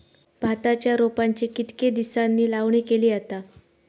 भाताच्या रोपांची कितके दिसांनी लावणी केली जाता?